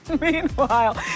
Meanwhile